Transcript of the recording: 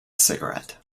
cigarette